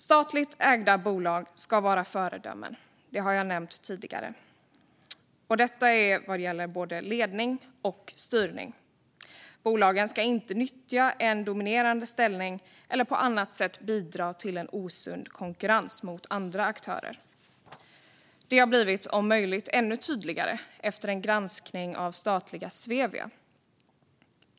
Statligt ägda bolag ska vara föredömen - det har jag nämnt tidigare - och det gäller både ledning och styrning. Statliga bolag ska inte nyttja en dominerande ställning eller på annat sätt bidra till osund konkurrens mot andra aktörer Detta har blivit, om möjligt, ännu tydligare efter en granskning av statliga Svevia.